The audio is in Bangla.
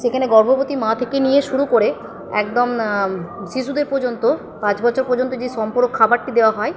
সেখানে গর্ভবতী মা থেকে নিয়ে শুরু করে একদম শিশুদের পর্যন্ত পাঁচ বছর পর্যন্ত যে সম্পূরক খাবারটি দেওয়া হয়